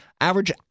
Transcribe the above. Average